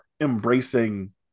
embracing